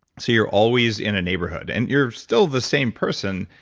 so you're always in a neighborhood. and you're still the same person,